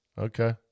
Okay